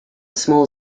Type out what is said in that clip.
small